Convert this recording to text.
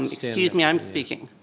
excuse me, i'm speaking.